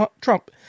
Trump